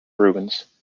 rubens